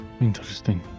Interesting